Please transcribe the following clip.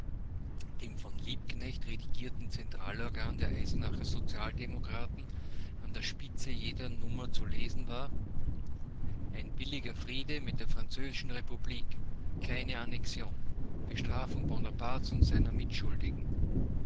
dem von liebknecht redigierten zentralorgan der eisenacher sozialdemokraten an der spitze jeder nummer zu lesen war ein billiger friede mit der französischen republik keine annexion bestrafung bonapartes und seiner mitschuldigen